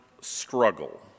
struggle